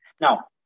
Now